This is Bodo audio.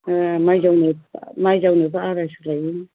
माइ जावनायबा आरायस' लायो